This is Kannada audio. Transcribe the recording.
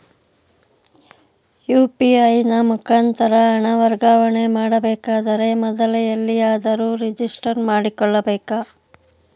ಯು.ಪಿ.ಐ ನ ಮುಖಾಂತರ ಹಣ ವರ್ಗಾವಣೆ ಮಾಡಬೇಕಾದರೆ ಮೊದಲೇ ಎಲ್ಲಿಯಾದರೂ ರಿಜಿಸ್ಟರ್ ಮಾಡಿಕೊಳ್ಳಬೇಕಾ?